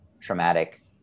traumatic